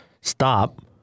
stop